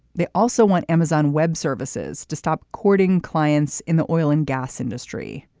they also want amazon web services to stop courting clients in the oil and gas industry.